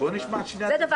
בוא נשמע את שני הצדדים.